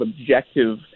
objective